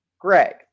Greg